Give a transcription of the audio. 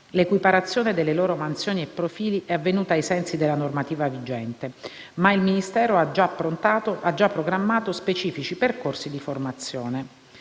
L'equiparazione delle loro mansioni e profili è avvenuta ai sensi della normativa vigente, ma il Ministero ha già programmato specifici percorsi di formazione.